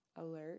Alert